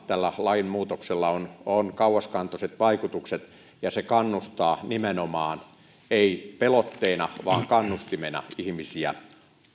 tällä lainmuutoksella on on kauaskantoiset vaikutukset ja se kannustaa nimenomaan ei pelotteena vaan kannustimena ihmisiä